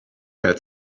had